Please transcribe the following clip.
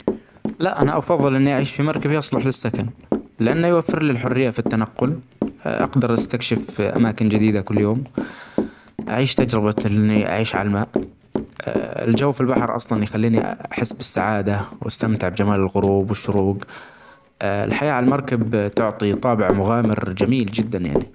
لا أنا أفظل إني أعيش في مركب يصلح للسكن لأنه يوفرلي الحرية في التنقل أقدر أستكشف أماكن جديدة كل يوم ، أعيش تجربة إني أعيش علي الماء الجو في البحر أصلا يخليني أحس بالسعادة وأستمتع بجمال الغروب ، وبالشروج، الحياة علي المركب تعطي طابع مغامر جميل جدا يعني.